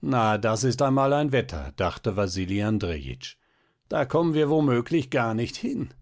na das ist einmal ein wetter dachte wasili andrejitsch da kommen wir womöglich gar nicht hin